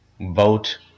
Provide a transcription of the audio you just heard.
vote